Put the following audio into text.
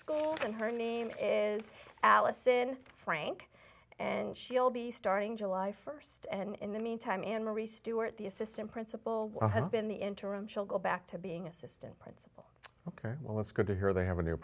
school and her name is allison frank and she'll be starting july first and in the meantime in ri stuart the assistant principal has been the interim she'll go back to being assistant ok well that's good to hear they have a new